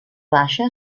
baixa